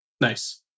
nice